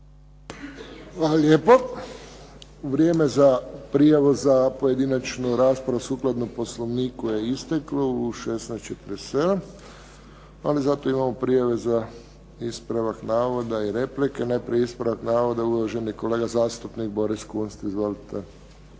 Hvala lijepo. Vrijeme za prijavu za pojedinačnu raspravu sukladno Poslovniku je isteklo u 16,47, ali zato imamo prijave za ispravak navoda i replike. Najprije ispravak navoda uvaženi kolega zastupnik Boris Kunst. Izvolite.